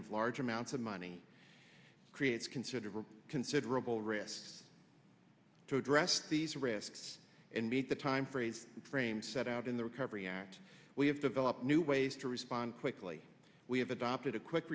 of large amounts of money creates considerable considerable risks to address these risks and meet the time phrase frames set out in the recovery act we have develop new ways to respond quickly we have adopted a quick